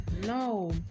No